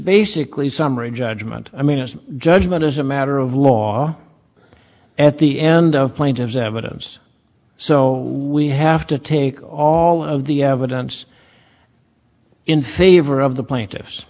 basically summary judgment i mean it's a judgment as a matter of law at the end of plaintiff's evidence so we have to take all of the evidence in favor of the plaintiff